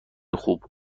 خوب